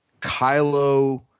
Kylo